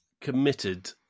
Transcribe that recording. committed